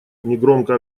негромко